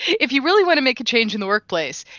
if you really want to make a change in the workplace,